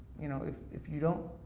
you know if if you don't